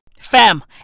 Fam